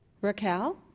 Raquel